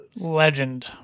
Legend